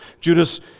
Judas